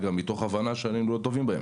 הגם מתוך הבנה שהיינו לא טובים בהם.